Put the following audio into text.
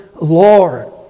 Lord